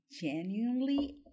genuinely